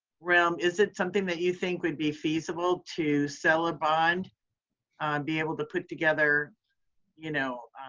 realm, is it something that you think would be feasible to sell a bond be able to put together you know